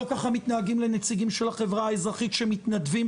לא ככה מתנהגים לנציגים של החברה האזרחית שחלקם מתנדבים,